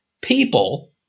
People